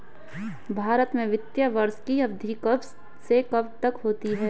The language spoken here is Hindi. भारत में वित्तीय वर्ष की अवधि कब से कब तक होती है?